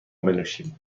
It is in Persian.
بنوشیم